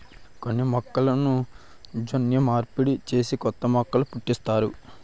కొన్ని మొక్కలను జన్యు మార్పిడి చేసి కొత్త మొక్కలు పుట్టిస్తారు